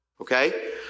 Okay